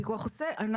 כלומר,